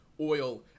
oil